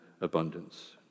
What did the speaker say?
abundance